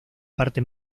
parte